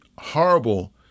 Horrible